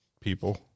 people